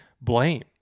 Blame